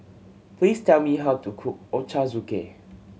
please tell me how to cook Ochazuke